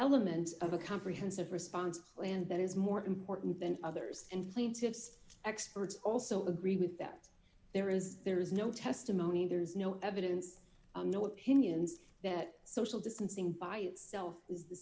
element of a comprehensive response plan that is more important than others and plaintiffs experts also agree with that there is there is no testimony there is no evidence no opinions that social distancing by itself is the